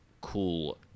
cool